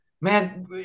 man